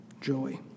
Joy